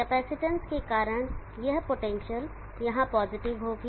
capacitance के कारण यह पोटेंशियल यहां पॉजिटिव होगी